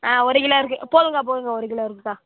ஆ ஒரு கிலோ இருக்கு போதுங்க்கா போதுங்க்கா ஒரு கிலோ இருக்குக்கா